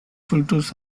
filters